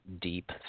deep